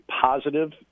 positive